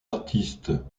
artistes